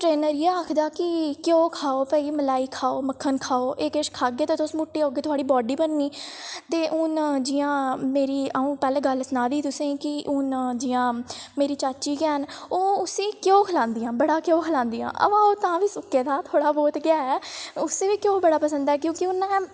केह् इ'यां आखदा कि घ्यो खाओ भई मलाई खाओ मक्खन खाओ एह् किश खाह्गे ते तुस मुट्टे होगे थुआढ़ी बॉडी बननी ते हून जियां मेरी अ'ऊं पैह्लें गल्ल सना दी तुसेंगी कि हून जियां मेरी चाची गै न ओह् उसी घ्यो खलांदियां बड़ा घ्यो खलांदियां अवा ओह् तां बी सुक्के दा थोह्ड़ा बौह्त ऐ ते उसी बी घ्यो बड़ा पसंद ऐ क्योंकि उन्नै